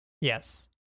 yes